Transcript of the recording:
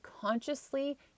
consciously